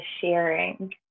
sharing